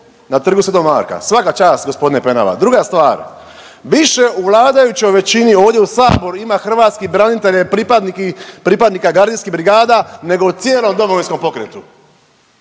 na Trgu sv. Marka, svaka čast g. Penava. Druga stvar, više u vladajućoj većini ovdje u Saboru ima hrvatskih branitelja i pripadnika gardijskih brigada nego u cijelom Domovinskom pokretu.